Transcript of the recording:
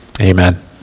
Amen